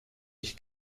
ich